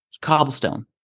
cobblestone